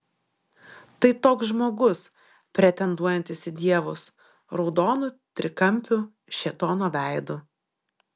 tai toks žmogus pretenduojantis į dievus raudonu trikampiu šėtono veidu